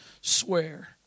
swear